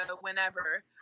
whenever